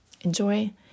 Enjoy